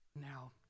Now